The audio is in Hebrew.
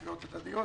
תביעות הדדיות,